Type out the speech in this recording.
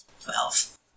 Twelve